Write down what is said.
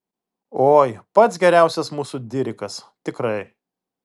oi pats geriausias mūsų dirikas tikrai